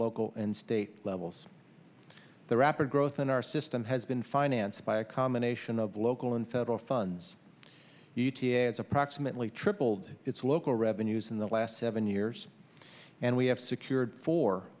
local and state levels the rapid growth in our system has been financed by a combination of local and federal funds e t a has approximately tripled its local revenues in the last seven years and we have secured fo